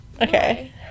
Okay